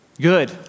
Good